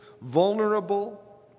vulnerable